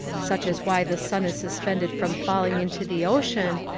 such as why the sun is suspended from falling into the ocean,